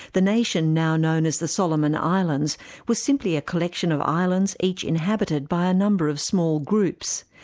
the nation now known as the solomon islands was simply a collection of islands, each inhabited by a number of small groups.